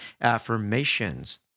affirmations